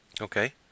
okay